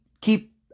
keep